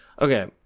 Okay